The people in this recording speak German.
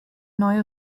neue